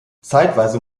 zeitweise